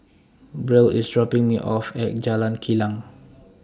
Brielle IS dropping Me off At Jalan Kilang